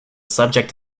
subject